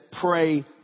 pray